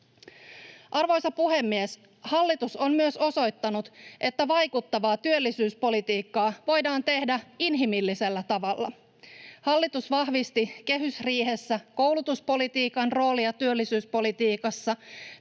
Arvoisa puhemies! Hallitus on myös osoittanut, että vaikuttavaa työllisyyspolitiikkaa voidaan tehdä inhimillisellä tavalla. Hallitus vahvisti kehysriihessä koulutuspolitiikan roolia työllisyyspolitiikassa.